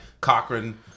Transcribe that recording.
Cochran